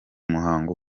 muhango